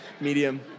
medium